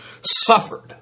suffered